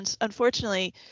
unfortunately